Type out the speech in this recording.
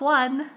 one